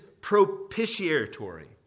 propitiatory